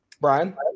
brian